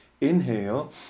inhale